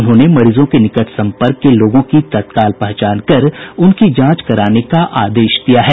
उन्होंने मरीजों के निकट संपर्क के लोगों की तत्काल पहचान कर उनकी जांच कराने का आदेश दिया है